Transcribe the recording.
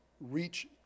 reach